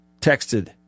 texted